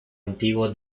antiguo